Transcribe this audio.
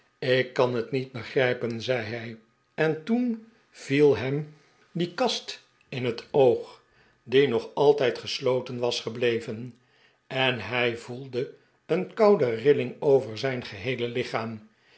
ik kan het niet begrijpen zei hij j en toen viel hem die kast in spoken in de inns hei oog die nog altijd gesloten was gebleven en hij voelde een koude rilling over zijn geheele lichaam